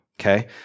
okay